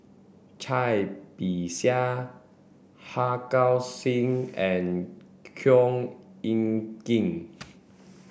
Cai Bixia Harga Singh and Khor Ean Ghee